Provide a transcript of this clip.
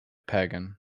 pagan